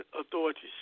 authorities